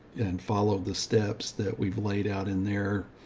and follow the steps that we've laid out in there.